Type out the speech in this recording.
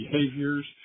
behaviors